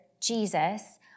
Jesus